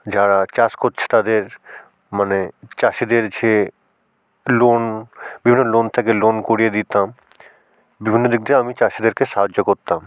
যারা চাষ করছে তাদের মানে চাষিদের যে লোন বিভিন্ন লোন থেকে লোন করিয়ে দিতাম বিভিন্ন দিক দিয়ে আমি চাষিদেরকে সাহায্য করতাম